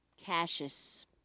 Cassius